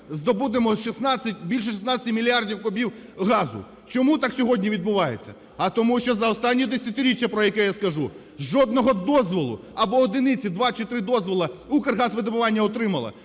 здобудемо більше 16 мільярдів кубів газу. Чому так сьогодні відбувається? А тому що за останнє десятиріччя, про яке я скажу, жодного дозволу, або одиниці, два чи три дозволи, "Укргазвидобування" отримало.